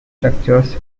structures